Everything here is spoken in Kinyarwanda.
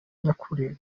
nyakuri